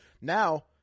now